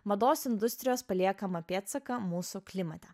mados industrijos paliekamą pėdsaką mūsų klimate